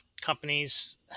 companies